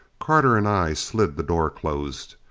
carter and i slid the door closed.